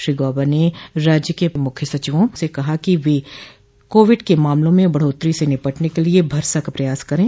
श्री गौबा ने राज्य के मुख्य सचिवों से कहा कि वे कोविड के मामलों में बढोत्तरी से निपटने के लिए भरसक प्रयास करें